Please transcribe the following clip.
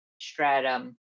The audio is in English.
stratum